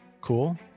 Cool